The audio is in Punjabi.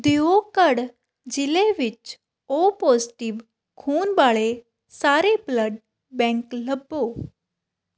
ਦਿਓਘੜ ਜ਼ਿਲ੍ਹੇ ਵਿੱਚ ਓ ਪੌਜ਼ਟਿਵ ਖੂਨ ਵਾਲੇ ਸਾਰੇ ਬਲੱਡ ਬੈਂਕ ਲੱਭੋ